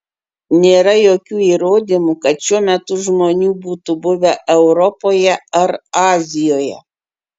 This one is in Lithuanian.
nėra jokių įrodymų kad šiuo metu žmonių būtų buvę europoje ar azijoje